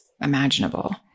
imaginable